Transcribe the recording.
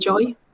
enjoy